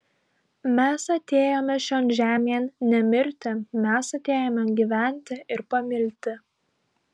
mes atėjome šion žemėn ne mirti mes atėjome gyventi ir pamilti